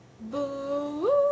Boo